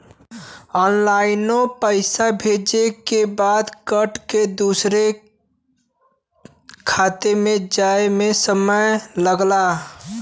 ऑनलाइनो पइसा भेजे के बाद कट के दूसर खाते मे जाए मे समय लगला